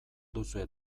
duzue